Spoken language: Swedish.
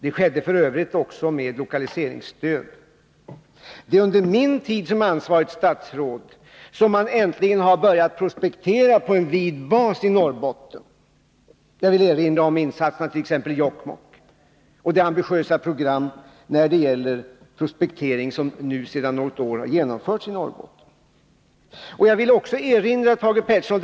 Det Nr 174 skedde f. ö. också med lokaliseringsstöd. Det är under min tid som ansvarigt Fredagen den statsråd som man äntligen har börjat prospektera på en vid bas i Norrbotten. 11 juni 1982 Jag vill erinra om insatserna t.ex. i Jokkmokk och om det ambitiösa program när det gäller prospektering som sedan något år tillbaka genomförs i Mineralpolitik Norrbotten.